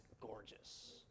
gorgeous